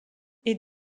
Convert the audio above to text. est